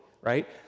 right